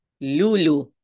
Lulu